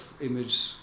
image